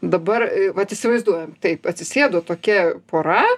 dabar a vat įsivaizduojam taip atsisėdo tokia pora